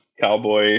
cowboy